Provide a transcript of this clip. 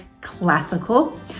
classical